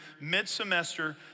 mid-semester